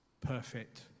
perfect